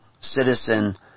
citizen